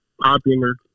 popular